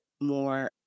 more